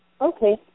Okay